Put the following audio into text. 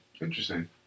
Interesting